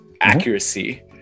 accuracy